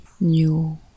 new